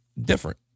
different